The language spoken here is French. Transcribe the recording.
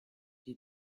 dis